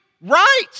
right